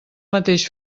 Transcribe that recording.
mateix